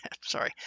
sorry